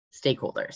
stakeholders